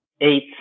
eight